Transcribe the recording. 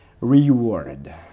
Reward